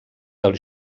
del